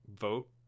vote